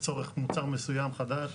לצורך מוצר מסוים חדש,